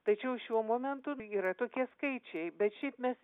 tačiau šiuo momentu yra tokie skaičiai bet šiaip mes